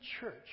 church